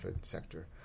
sector